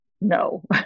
no